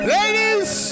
Ladies